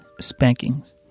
spankings